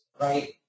right